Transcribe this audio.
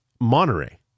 Monterey